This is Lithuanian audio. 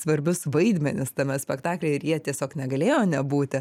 svarbius vaidmenis tame spektaklyje ir jie tiesiog negalėjo nebūti